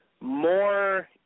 more